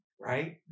right